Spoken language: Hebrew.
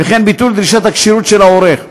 וכן את דרישת הכשירות של העורך.